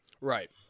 Right